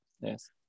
yes